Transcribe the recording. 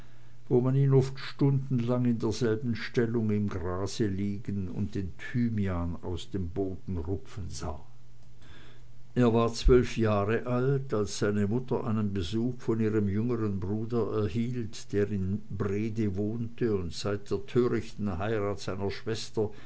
wo man ihn oft stundenlang in derselben stellung im grase liegen und den thymian aus dem boden rupfen sah er war zwölf jahre alt als seine mutter einen besuch von ihrem jüngern bruder erhielt der in brede wohnte und seit der törichten heirat seiner schwester